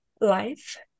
Life